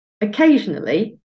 occasionally